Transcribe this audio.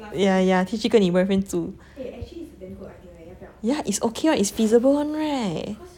yeah yeah 踢去跟你 boyfriend 住 yeah it's okay [one] it's feasible [one] right